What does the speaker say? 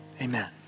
amen